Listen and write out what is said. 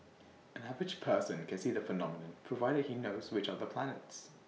an average person can see the phenomenon provided he knows which are the planets